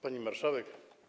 Pani Marszałek!